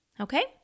Okay